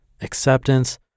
acceptance